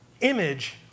image